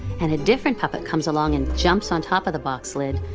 and a different puppet comes along and jumps on top of the box lid,